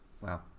wow